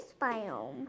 biome